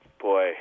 Boy